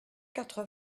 quatre